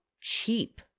cheap